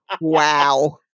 Wow